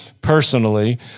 personally